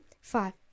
Five